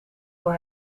voor